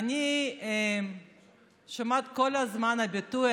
ואני שומעת כל הזמן את הביטוי